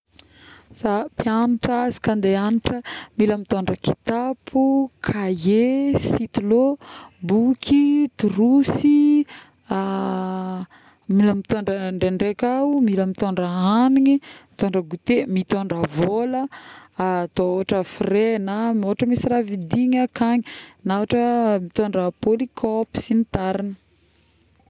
Za mpiagnatraizy ka andeha hiagnatar, mila mitôndra kitapo cahier, sitilo, boky, trousse.yy, ˂hesitation˃ mila mitôndra, ndraindray kao mila mitôndra hagniny, mitôndra gouté, miôndra vôla atao ôhatra frais na ôhatra misy raha vidigna akagny, na ôhatra mitondra polycope sy ny tarigny